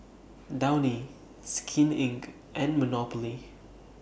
Downy Skin Inc and Monopoly